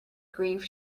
grief